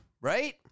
Right